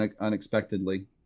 unexpectedly